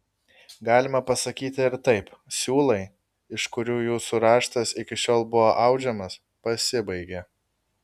galima pasakyti ir taip siūlai iš kurių jūsų raštas iki šiol buvo audžiamas pasibaigė